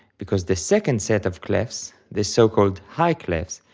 because the second set of clefs, the so called high clefs,